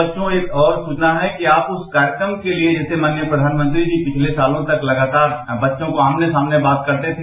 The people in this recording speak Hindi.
बच्चों एक और सूचना है कि आप उस कार्यक्रम के लिए माननीय प्रधानमंत्री जी पिछले सातों तक लगातार आमने सामने बात करते थे